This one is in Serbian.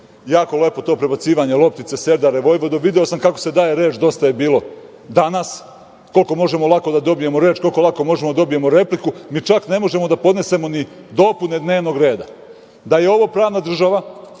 jako lepo to prebacivanje loptice, serdare-vojvodo, video sam kako se daje reč, Dosta je bilo, danas, koliko možemo lako da dobijemo reč, koliko možemo lako da dobijemo repliku, mi čak ne možemo da podnesemo ni dopune dnevnog reda. Da je ovo pravna država